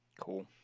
Cool